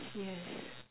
yes